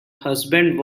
husband